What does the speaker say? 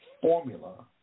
formula